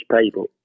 people